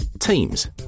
Teams